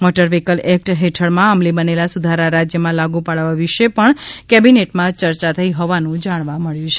motor vehicle act હેઠળમાં અમલી બનેલા સુધારા રાજથમાં લાગુ પાડવા વિશે પણ કેબિનેટમાં ચર્ચા થઇ હોવાનું જાણવા મળે છે